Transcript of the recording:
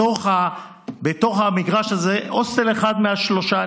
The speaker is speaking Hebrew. בתוך המגרש הזה, הוסטל אחד מהשלושה.